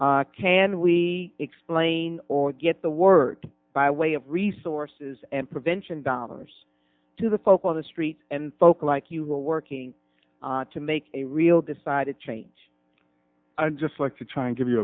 work can we explain or get the word by way of resources and prevention dollars to the folks on the street and folks like you were working to make a real decided change i'd just like to try and give you